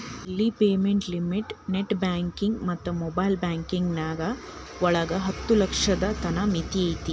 daily payment limit net banking ಮತ್ತ mobile banking ಒಳಗ ಹತ್ತ ಲಕ್ಷದ್ ತನ ಮಿತಿ ಐತಿ